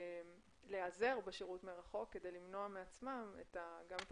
להיעזר בשירות מרחוק כדי למנוע מעצמם גם את